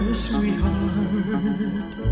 sweetheart